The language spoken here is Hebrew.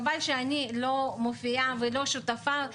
חבל שאני לא מופיעה ולא שותפה -- תחתמי.